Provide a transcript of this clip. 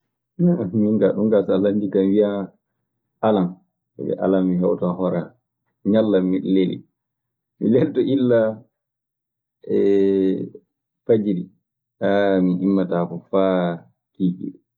minkaa ɗun kaa so a landike kan mi wiyan alan, sabi alan mi heɓata hoore an ñallan miɗe lelii. Mi leloto illa eeh fajiri aah mi immotaako faa kiikiiɗe.